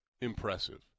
impressive